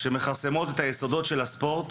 שמכרסמות ביסודות הספורט.